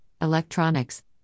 electronics